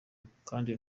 kandi